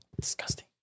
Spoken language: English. Disgusting